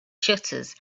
shutters